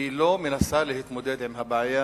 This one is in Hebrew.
לא מנסה להתמודד עם הבעיה